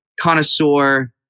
connoisseur